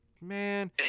Man